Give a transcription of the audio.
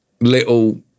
little